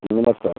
नमस्ते